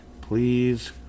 Please